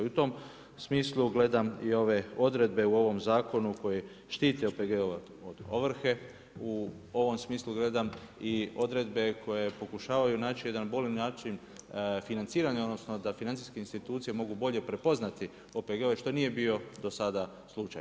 I u tom smislu gledam i ove odredbe u ovom zakonu koji štite OPG-ove od ovrhe u ovom smislu gledam i odredbe koje pokušavaju naći jedan bolji način financiranja odnosno da financijske institucije mogu bolje prepoznati OPG-ove što nije bio do sada slučaj.